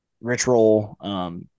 ritual